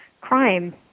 crime